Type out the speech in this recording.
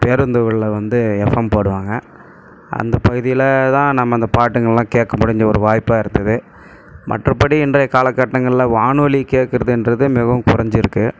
பேருந்து உள்ள வந்து எஃப்எம் போடுவாங்க அந்த பகுதியில் தான் நம்ப இந்த பாட்டுங்கெல்லாம் கேட்க முடிஞ்ச ஒரு வாய்ப்பாக இருந்தது மற்றபடி இன்றைய காலகட்டங்களில் வானொலி கேட்கிறதுன்றது மிகவும் குறஞ்சிருக்கு